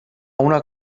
una